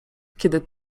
kiedy